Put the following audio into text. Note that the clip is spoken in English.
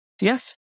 Yes